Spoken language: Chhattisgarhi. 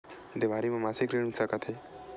देवारी म मासिक ऋण मिल सकत हे?